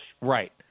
Right